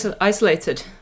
isolated